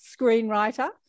screenwriter